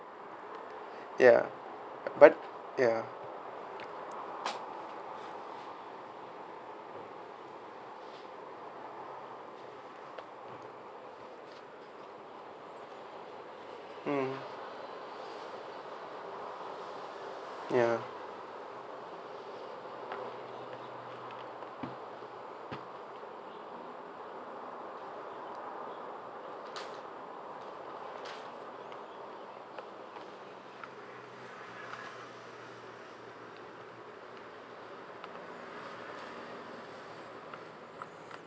ya but ya mm ya